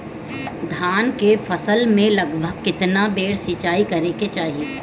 धान के फसल मे लगभग केतना बेर सिचाई करे के चाही?